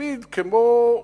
תמיד כמו,